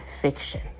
fiction